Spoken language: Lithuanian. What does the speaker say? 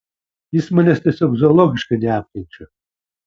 jis manęs tiesiog zoologiškai neapkenčia